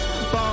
Bomb